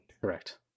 Correct